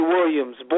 Williams